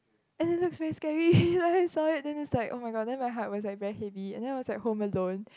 and it looks very scary and then I saw it then it's like [oh]-my-god then my heart was like very heavy and then I was at home alone